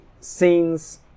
scenes